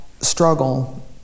struggle